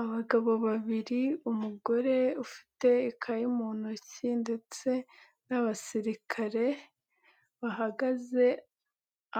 Abagabo babiri, umugore ufite ikayi mu ntoki ndetse n'abasirikare bahagaze